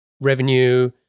revenue